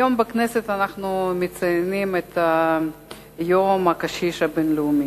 היום אנחנו מציינים בכנסת את יום הקשיש הבין-לאומי.